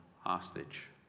hostage